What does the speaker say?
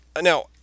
Now